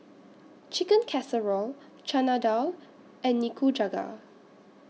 Chicken Casserole Chana Dal and Nikujaga